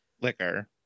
liquor